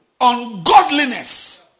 ungodliness